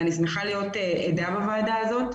ואני שמחה להיות עדה בוועדה הזאת.